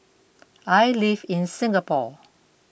I live in Singapore